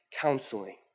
counseling